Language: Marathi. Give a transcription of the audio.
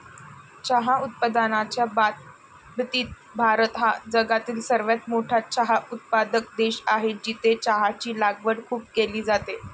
चहा उत्पादनाच्या बाबतीत भारत हा जगातील सर्वात मोठा चहा उत्पादक देश आहे, जिथे चहाची लागवड खूप केली जाते